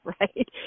right